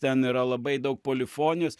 ten yra labai daug polifonijos